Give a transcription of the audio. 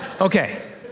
Okay